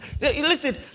Listen